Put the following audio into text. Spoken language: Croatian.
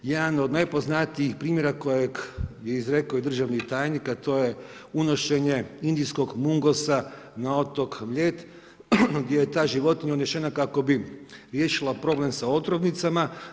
Jedan od najpoznatijih primjera kojeg je izrekao i državni tajnik, a to je unošenje indijskog mungosa na otok Mljet, gdje je ta životinja unešena kako bi riješila problem sa otrovnicama.